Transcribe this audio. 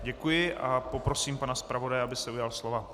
Děkuji a poprosím pana zpravodaje, aby se ujal slova.